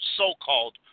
so-called